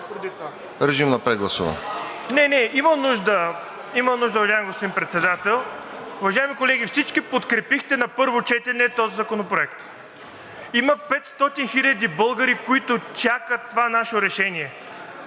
Режим на прегласуване.